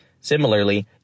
Similarly